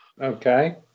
Okay